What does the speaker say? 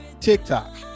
TikTok